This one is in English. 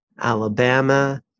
Alabama